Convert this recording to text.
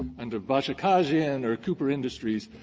under bajakajian or cooper industries,